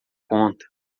conta